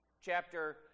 chapter